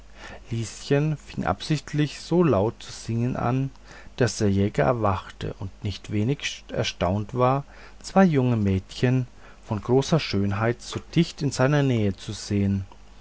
lieschen fing absichtlich so laut zu singen an daß der jäger erwachte und nicht wenig erstaunt war zwei junge mädchen von großer schönheit so dicht in seiner nähe zu sehen